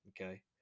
Okay